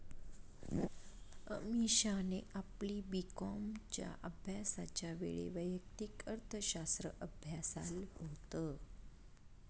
अमीषाने आपली बी कॉमच्या अभ्यासाच्या वेळी वैयक्तिक अर्थशास्त्र अभ्यासाल होत